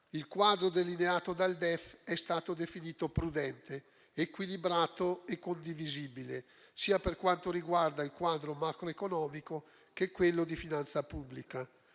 il quadro delineato dal DEF è stato definito prudente, equilibrato e condivisibile, per quanto riguarda sia il quadro macroeconomico, sia quello di finanza pubblica.